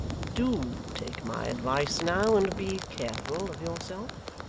do take my advice now, and be careful of yourself